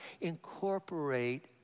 incorporate